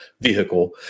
vehicle